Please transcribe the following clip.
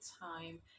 time